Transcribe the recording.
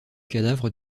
cadavre